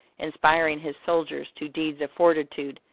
inspiring his soldiers to deeds of fortitude,